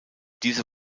diese